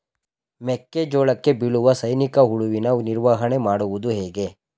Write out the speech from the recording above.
ಮೆಕ್ಕೆ ಜೋಳಕ್ಕೆ ಬೀಳುವ ಸೈನಿಕ ಹುಳುವಿನ ನಿರ್ವಹಣೆ ಮಾಡುವುದು ಹೇಗೆ?